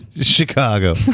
Chicago